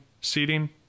seating